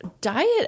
diet